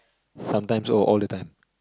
sometimes or all the time